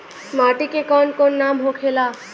माटी के कौन कौन नाम होखे ला?